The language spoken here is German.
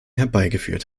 herbeigeführt